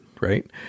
right